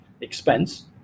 expense